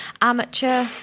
amateur